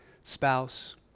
spouse